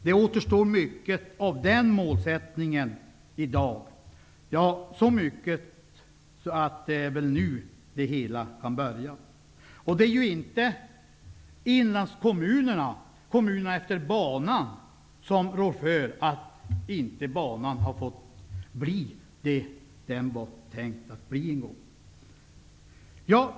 Det återstår mycket av det målet i dag, så mycket att man kan säga att det hela kan börja nu. Inlandskommunerna, kommunerna efter banan, rår inte för att banan inte har fått bli det den var tänkt att bli en gång.